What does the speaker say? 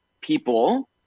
people